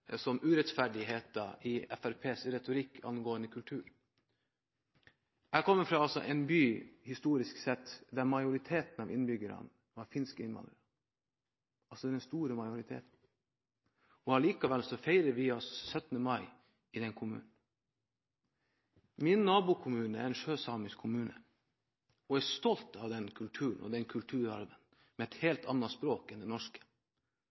som urettferdigheter i Fremskrittspartiets retorikk angående kultur. Jeg kommer fra en by der den store majoriteten av innbyggerne historisk sett var finske innvandrere, og allikevel feirer vi 17. mai i den kommunen. Min nabokommune er en sjøsamisk kommune, som er stolt av den kulturen og kulturarven, med et helt annet språk enn det norske. Der feirer de også 17. mai. Det å plassere den norske